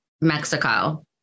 Mexico